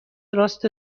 راست